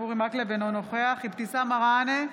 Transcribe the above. אינו נוכח אבתיסאם מראענה,